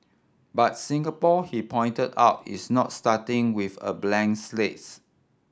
but Singapore he pointed out is not starting with a blank slates